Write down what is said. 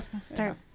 Start